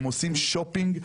הם עושים שופינג,